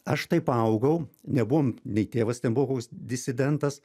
aš taip paaugau nebuvom nei tėvas nebuvo koks disidentas